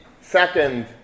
second